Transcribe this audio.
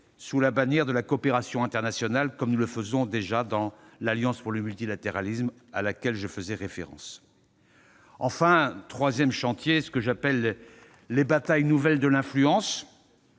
sous la bannière de la coopération internationale, comme nous le faisons déjà dans l'Alliance pour le multilatéralisme. Le troisième chantier concerne ce que j'appelle les batailles nouvelles de l'influence.